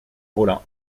rollat